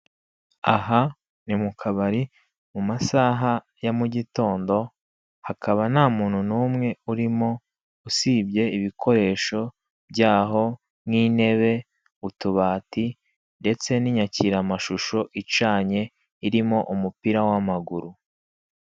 Aha ni mu kabari mu masaha ya mu gitondo hakaba nta muntu n'umwe urimo usibye ibikoresho byaho nk'intebe, utubati ndetse n'inyakiramashuashi icanye irimo umupira.